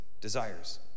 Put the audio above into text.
desires